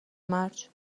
مرج